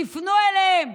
תפנו אליהם,